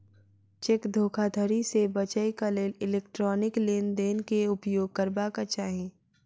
cheque धोखाधड़ी से बचैक लेल इलेक्ट्रॉनिक लेन देन के उपयोग करबाक चाही